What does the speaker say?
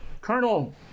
Colonel